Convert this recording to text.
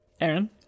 Aaron